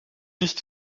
nicht